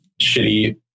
shitty